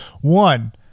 One